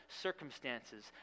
circumstances